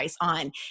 On